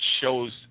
shows